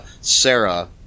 Sarah